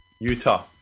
Utah